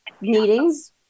meetings